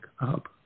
up